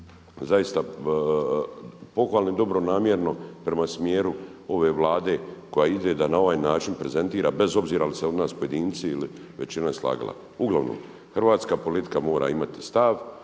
zaista pohvalno i dobronamjerno prema smjeru ove Vlade koja ide da na ovaj način prezentira bez obzira jel se u nas pojedinci ili većina slagala. Uglavnom, hrvatska politika mora imati stav